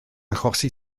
achosi